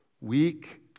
Weak